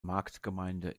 marktgemeinde